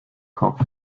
kopf